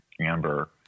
Amber